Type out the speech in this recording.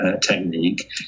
technique